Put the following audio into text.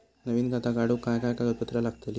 नवीन खाता काढूक काय काय कागदपत्रा लागतली?